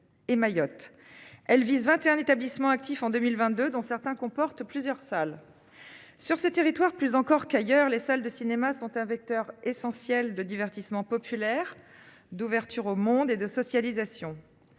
Et Mayotte. Elvis 21 établissements actifs en 2022 dans certains comporte plusieurs salles. Sur ce territoire plus encore qu'ailleurs, les salles de cinéma sont un vecteur essentiel de divertissement populaires d'ouverture au monde et de socialisation.